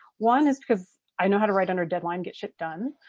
one is because i know how to write under a deadline. get shit done,